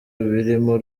birimo